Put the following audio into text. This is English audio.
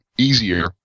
Easier